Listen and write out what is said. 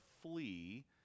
flee